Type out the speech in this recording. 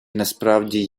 насправді